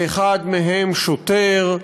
האחד מהם שוטר,